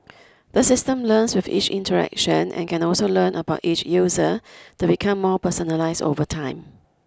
the system learns with each interaction and can also learn about each user to become more personalised over time